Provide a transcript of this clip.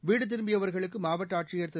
வீடுதிரும்பியவர்களுக்குமாவட்டஆட்சியர் திரு